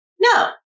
no